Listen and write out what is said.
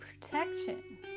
protection